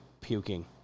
puking